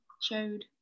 Showed